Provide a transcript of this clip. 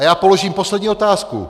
A já položím poslední otázku.